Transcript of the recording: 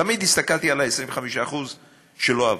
תמיד הסתכלתי על ה-25% שלא עברו.